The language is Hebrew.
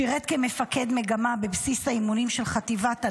שירת כמפקד מגמה בבסיס האימונים של חטיבת הנחל.